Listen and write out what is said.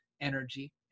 energy